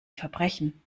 verbrechen